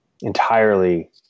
entirely